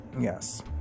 yes